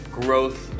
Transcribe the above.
growth